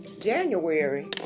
January